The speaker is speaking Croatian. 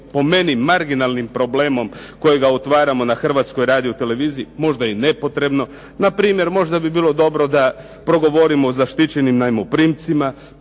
po meni marginalnim problemom kojega otvaramo na Hrvatskoj radio televiziji, možda nepotrebno, možda bi bilo dobro da progovorimo o zaštićenim najmoprimcima,